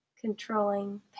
controlling